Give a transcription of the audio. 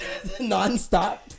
nonstop